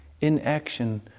Inaction